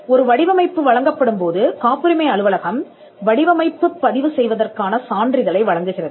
ஒரு வடிவமைப்பு வழங்கப்படும்போது காப்புரிமை அலுவலகம் வடிவமைப்பு பதிவு செய்வதற்கான சான்றிதழை வழங்குகிறது